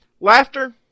laughter